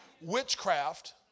witchcraft